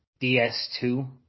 DS2